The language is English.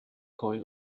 going